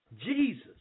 Jesus